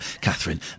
Catherine